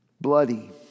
bloody